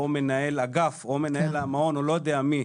מנהל אגף או מנהל המעון או לא יודע מי,